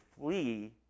flee